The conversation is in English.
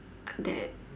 that